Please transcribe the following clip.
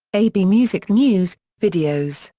a b music news, videos,